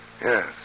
Yes